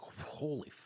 holy